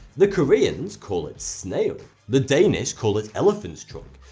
the koreans call it snail, the danish call it elephant's trunk,